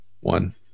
One